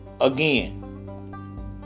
again